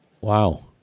Wow